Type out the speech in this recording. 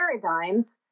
paradigms